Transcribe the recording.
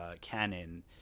canon